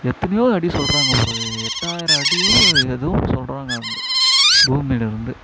எத்தனையோ அடி சொல்கிறாங்க ஒரு எட்டாயிரம் அடியோ ஏதோ ஒன்று சொல்கிறாங்க வந்து பூமிலேருந்து